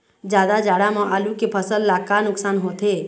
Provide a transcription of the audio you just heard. जादा जाड़ा म आलू के फसल ला का नुकसान होथे?